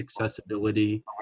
accessibility